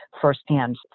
firsthand